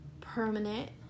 permanent